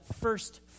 first